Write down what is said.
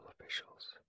officials